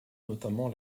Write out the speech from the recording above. notamment